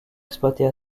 exploitée